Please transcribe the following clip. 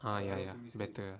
ah ya ya better